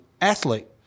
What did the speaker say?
athlete